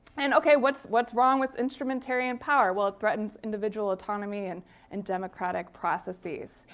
and okay. what's what's wrong with instrumentarian power? well, it threatens individual autonomy and and democratic processes.